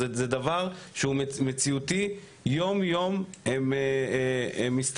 אבל זה דבר שהוא מציאותי יומיום הם הסתגלו